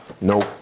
Nope